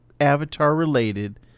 Avatar-related